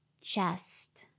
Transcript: chest